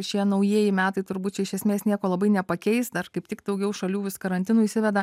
šie naujieji metai turbūt čia iš esmės nieko labai nepakeis dar kaip tik daugiau šalių vis karantinų įsiveda